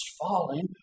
falling